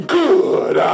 good